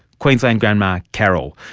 queensland grandma carol,